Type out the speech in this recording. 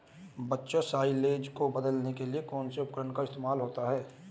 बच्चों साइलेज को बदलने के लिए कौन से उपकरण का इस्तेमाल होता है?